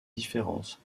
différence